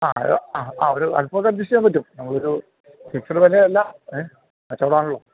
ആ ആ ആ ആ ഒരു അൽപ്പമൊക്കെ അഡ്ജസ്റ്റ് ചെയ്യാൻ പറ്റും നമുക്ക് ഒരു ഫിക്സഡ് വില അല്ല ഏ കച്ചവടമാണല്ലോ